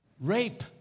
Rape